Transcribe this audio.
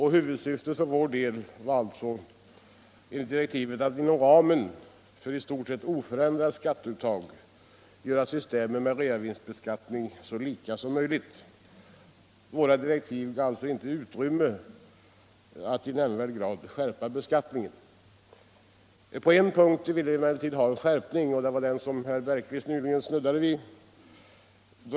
Huvudsyftet för vår del var enligt direktiven att inom ramen för ett i stort sett oförändrat skatteuttag göra systemen med reavinstbeskattning så lika som möjligt. Våra direktiv gav alltså inte utrymme för att i nämnvärd grad skärpa beskattningen. På en punkt vill vi emellertid ha en skärpning. Och det var den herr Bergqvist nyss snuddade vid.